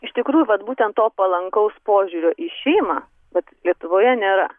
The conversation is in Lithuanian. iš tikrųjų vat būtent to palankaus požiūrio į šeimą vat lietuvoje nėra